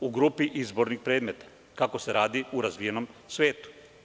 U grupi izbornih predmeta kako se radi u razvijenom svetu.